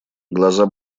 глаза